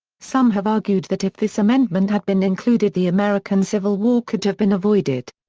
some have argued that if this amendment had been included the american civil war could have been avoided.